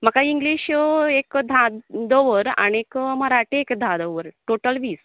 म्हाका इग्लीशो एक धां दवर आनीक मराठीक दवर टोटल वीस